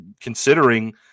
considering